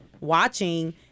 watching